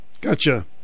Gotcha